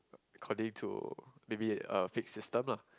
according to maybe a fix system lah